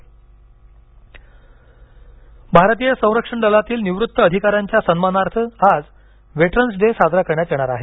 veterans day भारतीय संरक्षण दलातील निवृत्त अधिकाऱ्यांच्या सन्मानार्थ आज व्हेटरन्स डे साजरा करण्यात येणार आहे